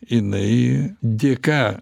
jinai dėka